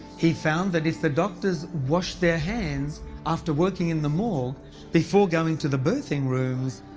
he found that if the doctors washed their hands after working in the morgue before going to the birthing rooms,